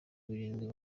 birindwi